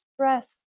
stress